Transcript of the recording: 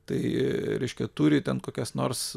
tai reiškia turi ten kokias nors